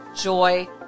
joy